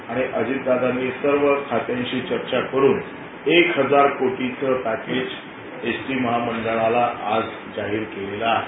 आणि अजित दादांनी सर्व खात्यांशी चर्चा करून एक हजार कोटीचं पॅकेज एस टी महामंडळाला जाहीर केलेलं आहे